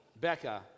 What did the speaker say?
Becca